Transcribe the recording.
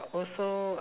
also